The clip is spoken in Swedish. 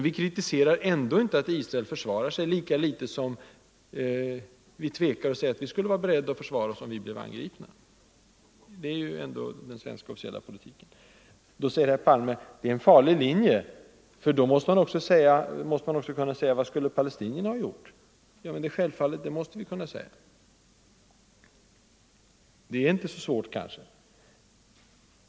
Vi kritiserar ändå inte att Israel försvarar sig, lika litet som vi tvekar att säga att vi skulle vara beredda att försvara oss om vi blev angripna. Det är den svenska officiella politiken. Då säger herr Palme: Det här är en farlig linje. Har man den uppfattningen måste man också kunna säga vad palestinierna borde ha gjort. Ja, det är självfallet att vi måste kunna säga det. Det är kanske inte så svårt.